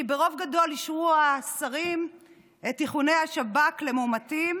כי ברוב גדול אישרו השרים את איכוני השב"כ למאומתים,